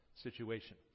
situation